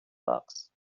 box